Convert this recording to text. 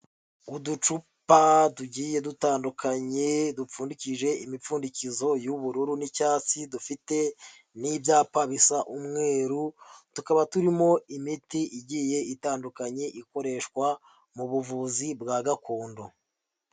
Uducupa tugiye dutandukanye dupfundikije imipfundikizo y'ubururu n'icyatsi, dufite n'ibyapa bisa umweru, tukaba turimo imiti igiye itandukanye ikoreshwa mu buvuzi bwa gakondo.